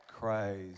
Christ